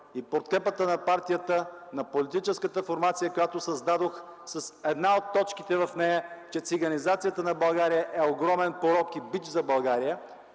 и подкрепата на партията, на политическата формация, която създадох, с една от точките в нея – че циганизацията на България е огромен порок и бич за страната.